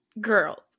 girl